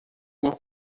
uma